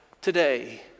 today